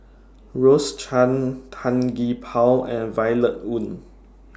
Rose Chan Tan Gee Paw and Violet Oon